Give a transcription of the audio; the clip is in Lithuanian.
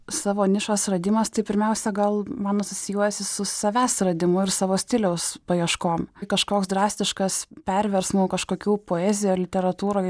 savo nišos radimas tai pirmiausia gal man asocijuojasi su savęs radimu ir savo stiliaus paieškom kažkoks drastiškas perversmų kažkokių poezijoj literatūroj